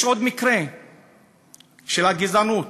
יש עוד מקרה של גזענות: